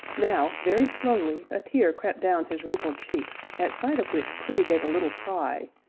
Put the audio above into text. now, very slowly, a tear crept down his wrinkled cheek, at sight of which prue gave a little cry,